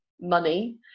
money